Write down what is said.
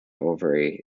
ovary